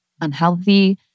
unhealthy